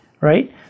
right